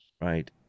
right